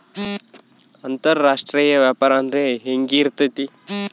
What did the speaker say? ಅಂತರಾಷ್ಟ್ರೇಯ ವ್ಯಾಪಾರ ಅಂದ್ರೆ ಹೆಂಗಿರ್ತೈತಿ?